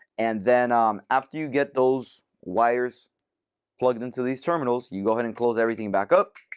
and then um after you get those wires plugged into these terminals, you go ahead and close everything back up.